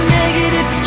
negative